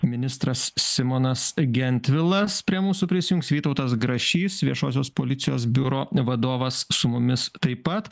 ministras simonas gentvilas prie mūsų prisijungs vytautas grašys viešosios policijos biuro vadovas su mumis taip pat